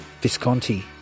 Visconti